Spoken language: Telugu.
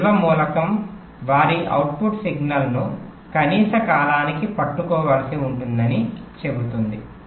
ఈ నిల్వ మూలకం వారి అవుట్పుట్ సిగ్నల్ను కనీస కాలానికి పట్టుకోవలసి ఉంటుందని చెపుతుంది